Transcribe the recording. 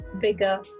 bigger